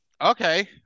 Okay